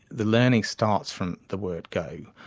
the learning starts from the word go,